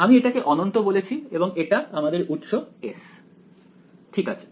আমি এটাকে অনন্ত বলেছি এবং এটা আমাদের উৎস s ঠিক আছে